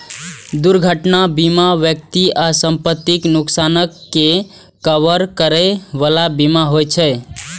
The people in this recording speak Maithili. दुर्घटना बीमा व्यक्ति आ संपत्तिक नुकसानक के कवर करै बला बीमा होइ छे